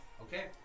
Okay